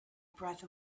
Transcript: breath